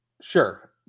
sure